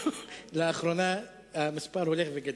לאחרונה המספר הולך וגדל,